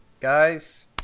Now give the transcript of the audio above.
guys